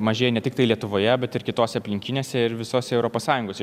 mažėja ne tiktai lietuvoje bet ir kitose aplinkinėse ir visose europos sąjungos